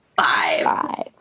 five